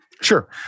Sure